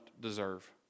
deserve